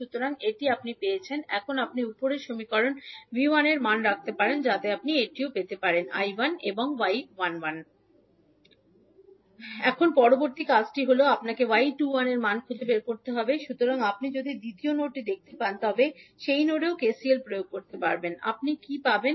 সুতরাং এটি আপনি পেয়েছেন এখন আপনি উপরের সমীকরণে V1 এর মান রাখতে পারেন যাতে আপনি এটিও পেতে পারেন এখন আপনি এটি জানেন এখন পরবর্তী কাজটি হল আপনাকে 𝐲21 এর মানটি খুঁজে বের করতে হবে সুতরাং আপনি যদি দ্বিতীয় নোডটি দেখতে পান তবে আপনি এই নোডেও কেসিএল প্রয়োগ করেন আপনি কী পাবেন